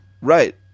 Right